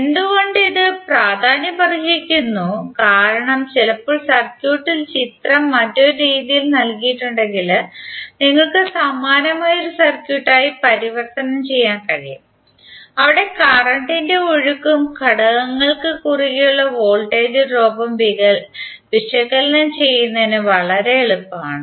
എന്തുകൊണ്ട് ഇത് പ്രാധാന്യമർഹിക്കുന്നു കാരണം ചിലപ്പോൾ സർക്യൂട്ടിൽ ചിത്രം മറ്റൊരു രീതിയിൽ നൽകിയിട്ടുണ്ടെങ്കിൽ നിങ്ങൾക്ക് സമാനമായ ഒരു സർക്യൂട്ടായി പരിവർത്തനം ചെയ്യാൻ കഴിയും അവിടെ കറന്റിന്റെ ഒഴുക്കും ഘടകങ്ങൾക് കുറുകെ ഉള്ള വോൾട്ടേജ് ഡ്രോപ്പും വിശകലനം ചെയ്യുന്നത് വളരെ എളുപ്പമാണ്